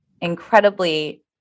incredibly